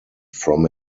from